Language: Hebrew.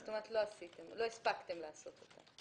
זאת אומרת שלא הספקתם לעשות אותה.